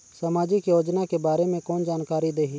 समाजिक योजना के बारे मे कोन जानकारी देही?